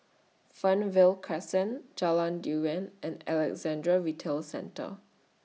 Fernvale Crescent Jalan Durian and Alexandra Retail Centre